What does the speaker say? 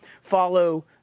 follow